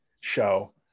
show